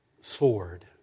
sword